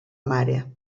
mare